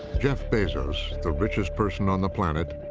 jeff bezos, the richest person on the planet,